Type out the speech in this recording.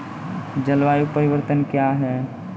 जलवायु परिवर्तन कया हैं?